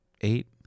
eight